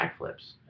backflips